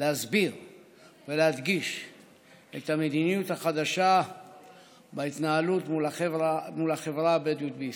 להסביר ולהדגיש את המדיניות חדשה בהתנהלות מול החברה הבדואית בישראל.